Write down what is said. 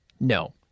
No